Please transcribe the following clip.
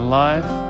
life